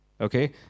Okay